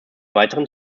weiteren